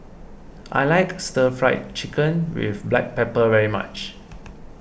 I like Stir Fry Chicken with Black Pepper very much